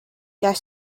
that